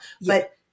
but-